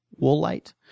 Woolite